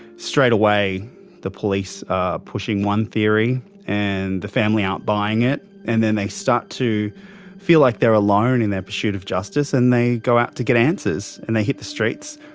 straight away the police are pushing one theory, and the family aren't buying it. and then they start to feel like they're alone in their pursuit of justice and they go out to get answers. and they hit the streets,